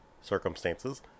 circumstances